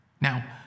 Now